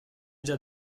già